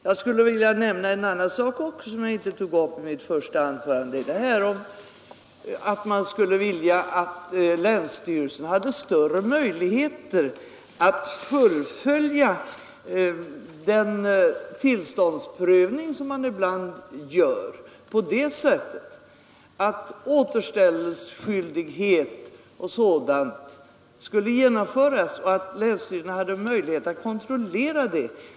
Jag skulle vilja nämna en annan sak som jag inte tog upp i mitt första anförande, nämligen att man skulle vilja att länsstyrelserna hade större möjligheter att fullfölja den tillståndsprövning som man ibland gör, på det sättet att återställelseskyldighet m.m. skulle genomföras och att länsstyrelserna hade möjlighet att kontrollera det.